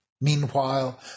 Meanwhile